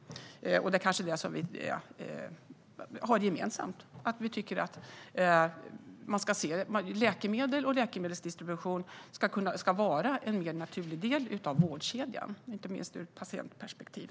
Det kanske är det vi har gemensamt: Vi tycker att läkemedel och läkemedelsdistribution ska vara en mer naturlig del av vårdkedjan, inte minst ur patientperspektiv.